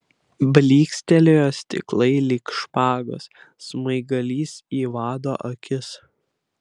blykstelėjo stiklai lyg špagos smaigalys į vado akis